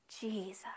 Jesus